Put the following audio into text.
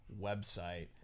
website